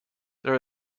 there